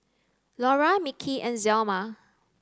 Laura Mickie and Zelma